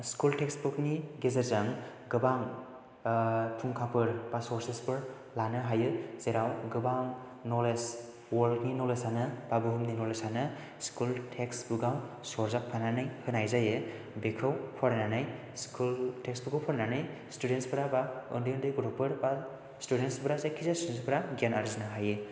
school textbook नि गेजेरजों गोबां फुंखाफोर एबा सर्सेस फोर लानो हायो जेराव गोबां न'लेज वर्ल्ड नि न'लेज आनो एबा बुहुमनि न'लेज आनो स्कुल टेक्सबुक आव सरजाबफानानै होनाय जायो बेखौ फरायनानै स्कुल टेक्सबुक खौ फरायनानै स्टुडेन्टस फोरा बा उन्दै उन्दै गथ'फोर एबा जायखिजाया स्टुडेन्टस फोरा गियान आर्जिनो हायो